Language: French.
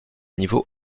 niveau